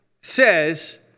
says